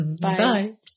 bye